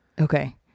Okay